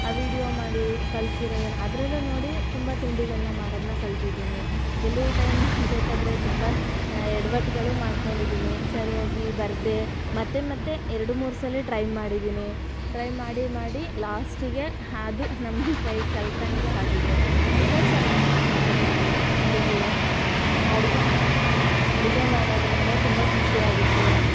ಆ ವಿಡ್ಯೋ ಮಾಡಿ ಕಳಿಸಿರೋದನ್ನ ಅದರಲ್ಲೂ ನೋಡಿ ತುಂಬ ತಿಂಡಿಗಳನ್ನ ಮಾಡೋದನ್ನ ಕಲಿತಿದ್ದೀನಿ ಕೆಲವು ಟೈಮ್ ಮಾಡಬೇಕಾದ್ರೆ ತುಂಬ ಎಡವಟ್ಗಳು ಮಾಡ್ಕೊಂಡಿದ್ದೀನಿ ಸರಿಯಾಗಿ ಬರದೇ ಮತ್ತೆ ಮತ್ತೆ ಎರಡು ಮೂರು ಸಲ ಟ್ರೈ ಮಾಡಿದ್ದೀನಿ ಟ್ರೈ ಮಾಡಿ ಮಾಡಿ ಲಾಸ್ಟಿಗೆ ಹಾದು ನಮ್ಮ ಕೈ ಕಲಿತಂಗೆ ಆಗಿದೆ ತುಂಬ ಚೆನ್ನಾಗಿ ಮಾಡ್ಬೋದು ಅಡುಗೆ ಅಡುಗೆ ಮ ಅಡುಗೆ ಮಾಡೋದರಿಂದ ತುಂಬ ಖುಷಿಯಾಗುತ್ತೆ